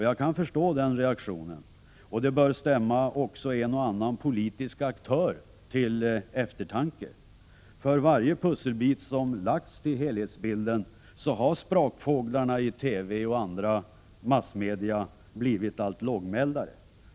Jag kan förstå den reaktionen, och det bör stämma också en och annan politisk aktör till eftertanke. För varje pusselbit som lagts till helhetsbilden har sprakfålarna i TV och i andra massmedia blivit allt lågmäldare.